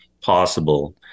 possible